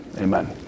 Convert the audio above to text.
Amen